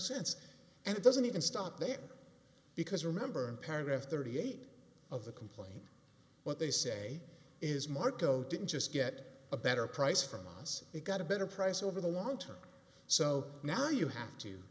sense and it doesn't even stop there because remember paragraph thirty eight of the comply what they say is marco didn't just get a better price from us it got a better price over the long term so now you have to